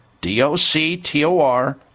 d-o-c-t-o-r